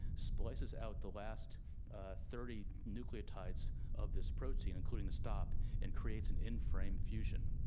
splices out the last thirty nucleotides of this protein, including the stop and creates an inframe fusion.